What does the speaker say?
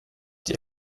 die